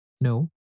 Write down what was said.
No